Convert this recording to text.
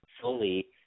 fully